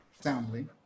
soundly